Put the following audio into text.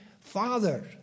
Father